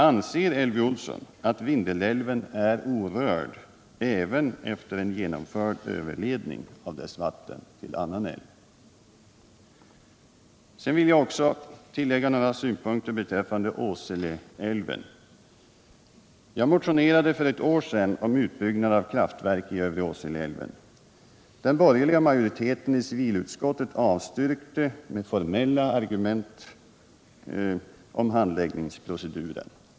Anser Elvy Olsson att Vindelälven är orörd även efter en genomförd överledning av vatten till annan älv? Härefter vill jag också anföra några synpunkter rörande Åseleälven. Jag motionerade för ett år sedan om utbyggnad av kraftverk i övre Åseleälven. Den borgerliga majoriteten i civilutskottet avstyrkte med formella argument om handläggningsproceduren.